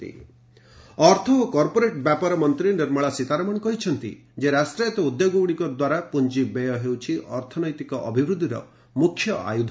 capital expenditure FM ଅର୍ଥ ଓ corporate ବ୍ୟାପାର ମନ୍ତ୍ରୀ ନିର୍ମଳା ସୀତାରମଣ କହିଛନ୍ତି ଯେ ରାଷ୍ଟ୍ରାୟତ୍ତ ଉଦ୍ୟୋଗଗୁଡ଼ିକ ଦ୍ୱାରା ପୁଞ୍ଜି ବ୍ୟୟ ହେଉଛି ଅର୍ଥନୈତିକ ଅଭିବୃଦ୍ଧିର ମୁଖ୍ୟ ଆୟୁଧ